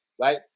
Right